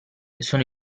sono